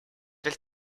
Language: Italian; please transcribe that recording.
del